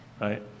right